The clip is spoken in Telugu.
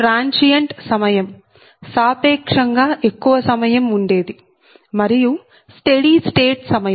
ట్రాన్సియెంట్ సమయం సాపేక్షంగా ఎక్కువ సమయం ఉండేది మరియు స్టెడీ స్టేట్ సమయం